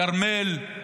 כרמל,